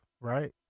right